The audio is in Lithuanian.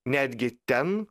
netgi ten